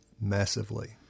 massively